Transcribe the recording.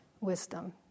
wisdom